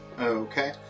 Okay